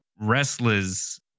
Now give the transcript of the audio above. wrestlers